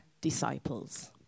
disciples